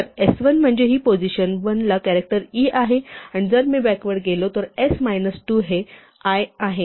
तर s1 म्हणजे हि पोझिशन 1 ला कॅरॅक्टर e आहे आणि जर मी बॅकवर्ड गेलो तर s मायनस 2 हे l आहे